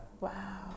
wow